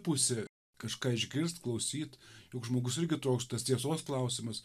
pusė kažką išgirst klausyt juk žmogus irgi toks tas tiesos klausimas